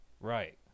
Right